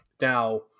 now